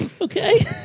Okay